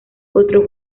otros